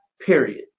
period